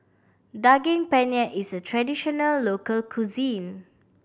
Daging Penyet is a traditional local cuisine